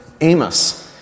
Amos